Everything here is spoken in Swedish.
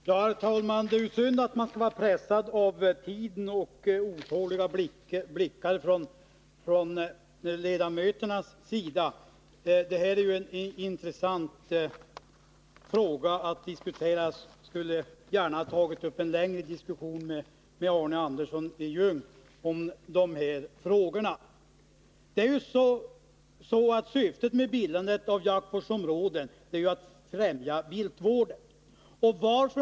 Herr talman! Det är synd att man skall vara pressad av tiden och otåliga blickar från ledamöternas sida. Detta är intressanta saker, och jag skulle gärna tagit upp en längre diskussion med Arne Andersson i Ljung om de här frågorna. Syftet med bildandet av jaktvårdsområden är att främja viltvården.